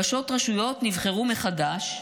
ראשות רשויות נבחרו מחדש,